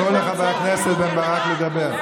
תנו לחבר הכנסת בן ברק לדבר.